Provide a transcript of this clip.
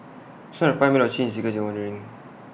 it's not A pie made of cheese in case you're wondering